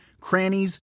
crannies